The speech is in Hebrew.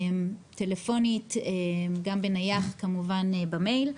טלפונית, גם בנייח, כמובן במייל,